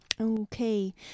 Okay